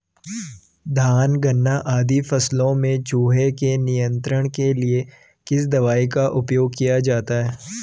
धान गन्ना आदि फसलों में चूहों के नियंत्रण के लिए किस दवाई का उपयोग किया जाता है?